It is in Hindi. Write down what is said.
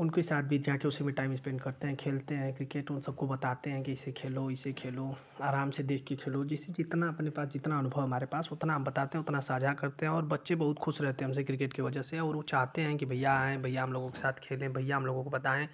उनके साथ भी जाके उसी में टाइम स्पेंड करते हैं खेलते हैं क्रिकेट उन सबको बताते हैं कि ऐसे खेलो ऐसे खेलो आराम से देख कर खेलो जिस जितना अपने पास जितना अनुभव है हमारे पास उतना हम बताते हैं उतना साझा करते हैं और बच्चे बहुत खुश रहते हैं हमसे क्रिकेट की वजह से और वो चाहते हैं कि भैया आयें भैया हम लोगों के साथ खेले भैया हम लोगों को बताएँ